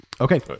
Okay